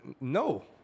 No